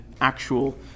actual